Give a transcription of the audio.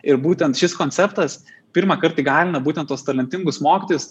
ir būtent šis konceptas pirmąkart įgalina būtent tuos talentingus mokytojus